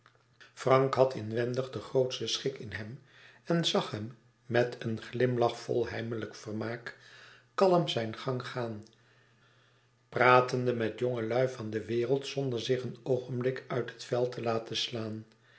frank had inwendig den grootsten schik in hem en zag hem met een glimlach vol heimelijk vermaak kalm zijn gang gaan pratende met jongelui van de wereld zonder zich een oogenblik uit het veld te laten slaan